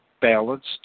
balanced